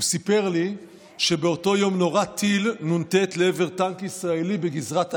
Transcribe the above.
הוא סיפר לי שבאותו יום נורה טיל נ"ט לעבר טנק ישראלי בגזרת עזה.